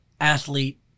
athlete